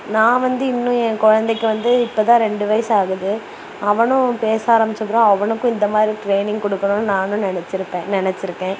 நான் வந்து இன்னும் என் குழந்தைக்கு வந்து இப்போதான் ரெண்டு வயசு ஆகுது அவனும் பேச ஆரம்பிச்சப்புறம் அவனுக்கும் இந்த மாதிரி ட்ரைனிங் கொடுக்கணுன்னு நானும் நினச்சிருப்பேன் நினச்சிருக்கேன்